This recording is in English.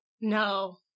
No